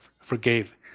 forgave